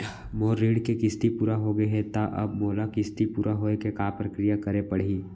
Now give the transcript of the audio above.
मोर ऋण के किस्ती पूरा होगे हे ता अब मोला किस्ती पूरा होए के का प्रक्रिया करे पड़ही?